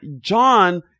John